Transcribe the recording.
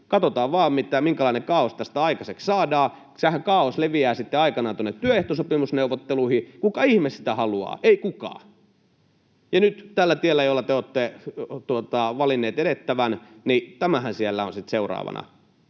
katsotaan vaan, minkälainen kaaos tästä aikaiseksi saadaan. Se kaaoshan leviää sitten aikanaan tuonne työehtosopimusneuvotteluihin. Kuka ihme sitä haluaa? Ei kukaan, ja nyt tällä tiellä, jolla te olette valinneet elettävän, tämähän siellä on sitten seuraavana